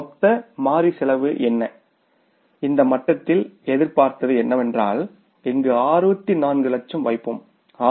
மொத்த மாறி செலவு என்ன இந்த மட்டத்தில் எதிர்பார்த்தது என்னவென்றால் இங்கு 6400000 வைப்போம் 6